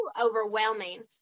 overwhelming